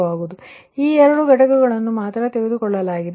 ಆದ್ದರಿಂದ ಈ ಎರಡು ಘಟಕಗಳನ್ನು ಮಾತ್ರ ತೆಗೆದುಕೊಳ್ಳಲಾಗಿದೆ